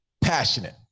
passionate